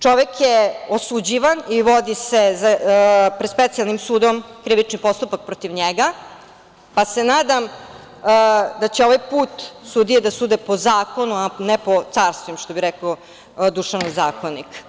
Čovek je osuđivan i vodi se pred Specijalnim sudom krivični postupak protiv njega, pa se nadam da će ovaj put sudije da sude po zakonu, a ne po carstvu, što bi rekao Dušanov zakonik.